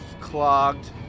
clogged